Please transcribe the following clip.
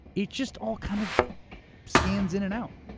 it just all kind of scans in and out.